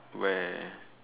where